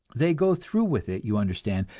they go through with it, you understand,